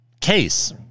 case